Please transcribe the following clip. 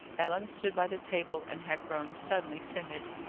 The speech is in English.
ellen stood by the table, and had grown suddenly timid.